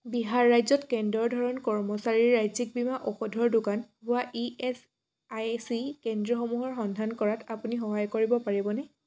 বিহাৰ ৰাজ্যত কেন্দ্ৰৰ ধৰণ কৰ্মচাৰীৰ ৰাজ্যিক বীমা ঔষধৰ দোকান হোৱা ই এচ আই চি কেন্দ্ৰসমূহৰ সন্ধান কৰাত আপুনি সহায় কৰিব পাৰিবনে